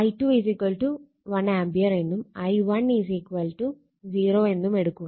i2 1 ampere എന്നും i1 0 എന്നും എടുക്കുക